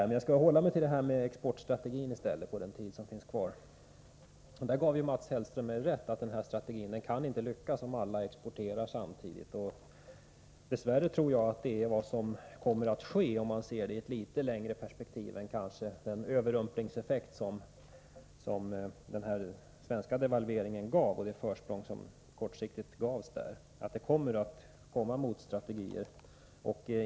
Men jag skall nu i stället under den tid jag har kvar hålla mig till exportstrategin. Mats Hellström gav mig rätt i att denna strategi inte kan lyckas om alla exporterar samtidigt. Dess värre tror jag att det är vad som kommer att ske, om man ser det i ett litet längre perspektiv än mot bakgrunden av den överrumplingseffekt och det försprång den svenska devalveringen kortsiktigt gav. Det kommer att bli motstrategier.